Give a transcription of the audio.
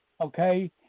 Okay